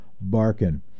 Barkin